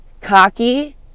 Cocky